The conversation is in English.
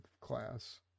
class